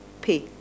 pay